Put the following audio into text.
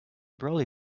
brolly